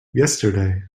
yesterday